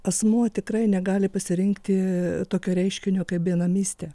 asmuo tikrai negali pasirinkti tokio reiškinio kaip benamystė